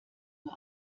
nur